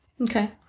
Okay